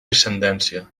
descendència